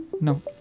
no